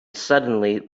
suddenly